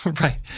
right